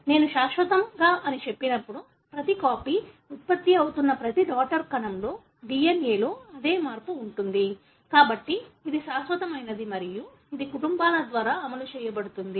నేను శాశ్వతంగా అని చెప్పినప్పుడు ప్రతి కాపీ ఉత్పత్తి అవుతున్న ప్రతి డాటర్ కణంలో DNA లో అదే మార్పు ఉంటుంది కాబట్టి ఇది శాశ్వతమైనది మరియు ఇది కుటుంబాల ద్వారా అమలు చేయబడుతుంది